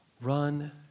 Run